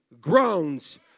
groans